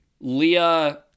leah